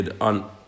on